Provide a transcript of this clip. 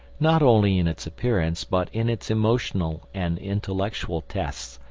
not only in its appearance but in its emotional and intellectual tests,